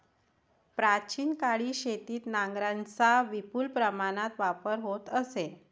प्राचीन काळी शेतीत नांगरांचा विपुल प्रमाणात वापर होत असे